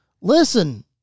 Listen